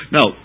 Now